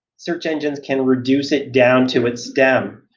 search engines can reduce it down to its stem.